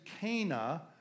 Cana